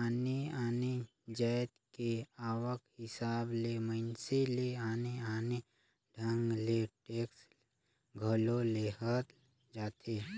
आने आने जाएत के आवक हिसाब ले मइनसे ले आने आने ढंग ले टेक्स घलो लेहल जाथे